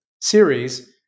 series